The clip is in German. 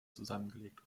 zusammengelegt